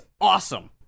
awesome